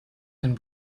den